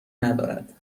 ندارد